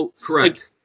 correct